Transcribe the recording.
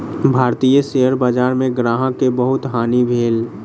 भारतीय शेयर बजार में ग्राहक के बहुत हानि भेल